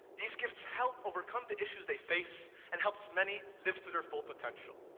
these gifts help overcome the issues they face, and helps many live to their full potential.